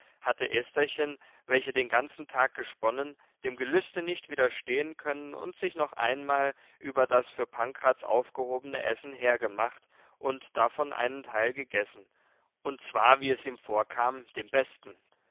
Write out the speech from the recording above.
hatte estherchen welche den ganzen tag gesponnen dem gelüste nicht widerstehen können und sich noch einmal über das für pankraz aufgehobene essen hergemacht und davon einen teil gegessen und zwar wie es ihm vorkam den besten